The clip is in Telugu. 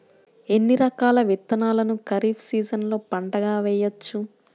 ఎన్ని రకాల విత్తనాలను ఖరీఫ్ సీజన్లో పంటగా వేయచ్చు?